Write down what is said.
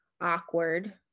awkward